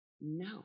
no